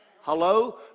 Hello